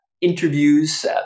interviews